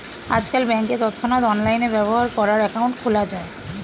আজকাল ব্যাংকে তৎক্ষণাৎ অনলাইনে ব্যবহার করার অ্যাকাউন্ট খোলা যায়